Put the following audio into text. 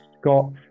Scott